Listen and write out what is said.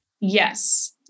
Yes